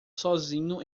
sozinho